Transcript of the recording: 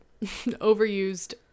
overused